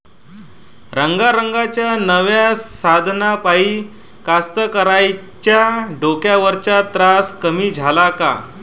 रंगारंगाच्या नव्या साधनाइपाई कास्तकाराइच्या डोक्यावरचा तरास कमी झाला का?